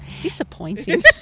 disappointing